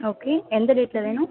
okay எந்த டேட்டில் வேணும்